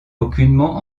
aucunement